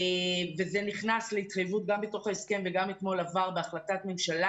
וזה נכנס להתחייבות גם בתוך ההסכם וגם אתמול עבר בהחלטת ממשלה